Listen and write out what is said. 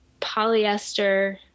polyester